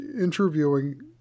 interviewing